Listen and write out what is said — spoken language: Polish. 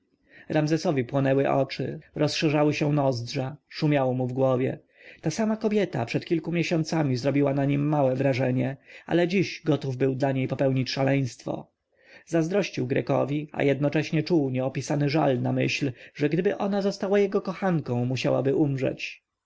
ramzesowi płonęły oczy rozszerzyły się nozdrza szumiało mu w głowie ta sama kobieta przed kilku miesiącami zrobiła na nim małe wrażenie ale dziś gotów był dla niej popełnić nawet szaleństwo zazdrościł grekowi a jednocześnie czuł nieopisany żal na myśl że gdyby ona została jego kochanką musiałaby umrzeć